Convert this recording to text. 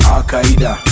Al-Qaeda